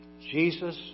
Jesus